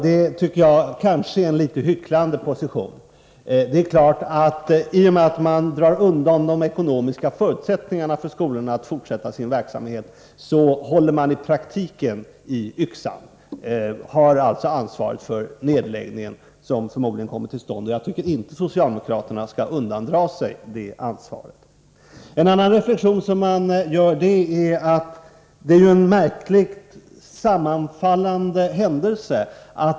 Jag tycker att det kanske är en litet hycklande position. I och med att man drar undan de ekonomiska förutsättningarna för skolorna att fortsätta sin verksamhet håller man i praktiken i yxan och har alltså ansvaret för den nedläggning som förmodligen blir följden. Jag tycker inte att socialdemokraterna skall undandra sig det ansvaret. En annan reflexion som man kan göra gäller en märklig sammanfallande händelse.